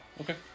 Okay